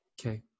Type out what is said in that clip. Okay